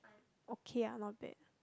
okay ah not bad